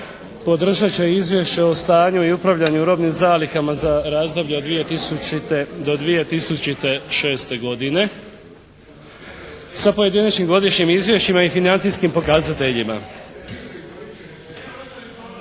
podržat će Izvješće o stanju i upravljanju robnim zalihama za razdoblje od 2000. do 2006. godine, sa pojedinačnim godišnjim izvješćima i financijskim pokazateljima.